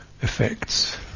effects